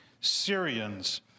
Syrians